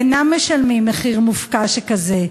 אינם משלמים מחיר מופקע שכזה,